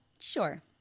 Sure